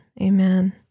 Amen